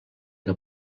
que